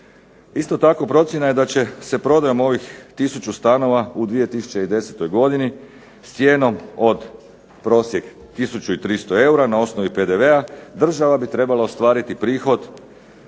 Isto tako procjena je da će se prodajom ovih tisuću stanova u 2010. godini s cijenom od prosjek od tisuću i 300 eura na osnovi PDV-a država bi trebala ostvariti prihod